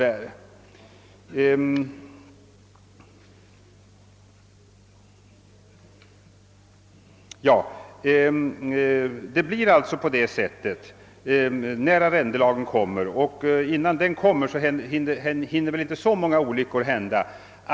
Förhållandena blir annorlunda när den nya arrendelagen fastställts och dessförinnan hinner väl inte så många olyckor hända.